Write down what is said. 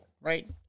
right